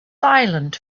silent